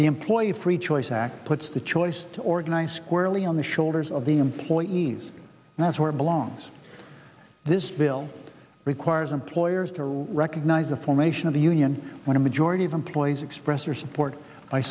the employee free choice act puts the choice to organize squarely on the shoulders of the employees and that's where it belongs this bill requires employers to recognize the formation of the union when a majority of employees express your support